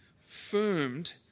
firmed